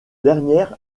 dernière